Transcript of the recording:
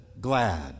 glad